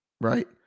right